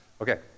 Okay